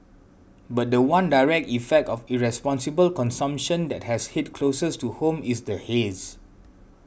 but the one direct effect of irresponsible consumption that has hit closest to home is the haze